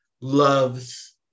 loves